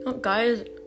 Guys